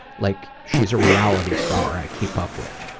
like she's a reality star i keep up with.